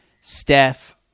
Steph